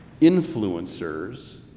influencers